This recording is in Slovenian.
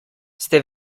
ste